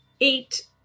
eight